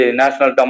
national